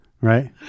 right